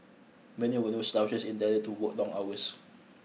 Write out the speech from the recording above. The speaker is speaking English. many were no slouches and tended to work long hours